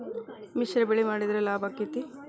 ಮಿಶ್ರ ಬೆಳಿ ಮಾಡಿದ್ರ ಲಾಭ ಆಕ್ಕೆತಿ?